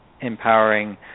empowering